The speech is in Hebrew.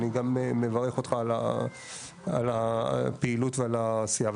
ואני גם מברך אותך על הפעילות ועל העשייה.